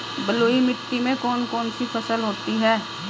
बलुई मिट्टी में कौन कौन सी फसल होती हैं?